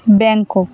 Bangkok